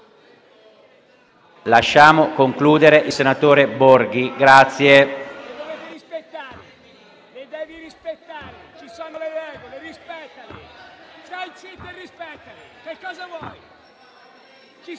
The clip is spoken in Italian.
lasciamo concludere il senatore Borghi.